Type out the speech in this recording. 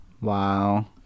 wow